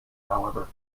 however